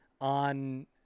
on –